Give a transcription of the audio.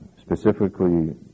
Specifically